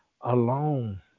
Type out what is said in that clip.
alone